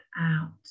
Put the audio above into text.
out